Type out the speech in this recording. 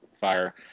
fire